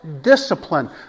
Discipline